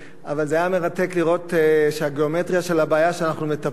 אבל זה היה מרתק לראות שהגיאומטריה של הבעיה שאנחנו מטפלים בה,